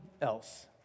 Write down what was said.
else